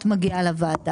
לא?